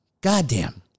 Goddamn